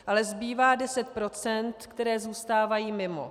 Ale zbývá 10 %, které zůstávají mimo.